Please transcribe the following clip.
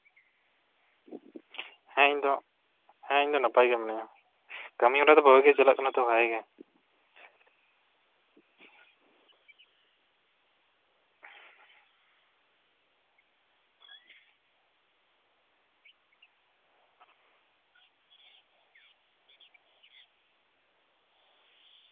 ᱦᱮᱸ ᱤᱧ ᱫᱚ ᱦᱮᱸ ᱤᱧ ᱫᱚ ᱱᱟᱯᱟᱭ ᱜᱮ ᱢᱤᱱᱟᱹᱧᱟ ᱠᱟᱹᱢᱤᱦᱚᱨᱟ ᱫᱚ ᱵᱷᱟᱹᱜᱤ ᱜᱮ ᱪᱟᱞᱟᱜ ᱠᱟᱱᱟ ᱛᱚ ᱵᱷᱟᱹᱜᱤ ᱜᱮ